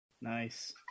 Nice